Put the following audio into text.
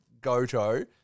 Goto